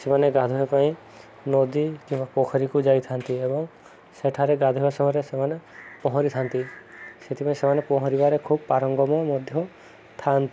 ସେମାନେ ଗାଧୋଇବା ପାଇଁ ନଦୀ କିମ୍ବା ପୋଖରୀକୁ ଯାଇଥାନ୍ତି ଏବଂ ସେଠାରେ ଗାଧୋଇବା ସମୟରେ ସେମାନେ ପହଁରିଥାନ୍ତି ସେଥିପାଇଁ ସେମାନେ ପହଁରିବାରେ ଖୁବ ପାରଙ୍ଗମ ମଧ୍ୟ ଥାଆନ୍ତି